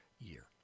year